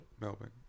Melbourne